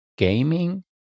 gaming